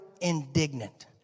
indignant